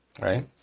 right